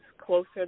closer